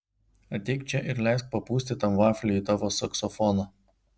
ateik čia ir leisk papūsti tam vafliui į tavo saksofoną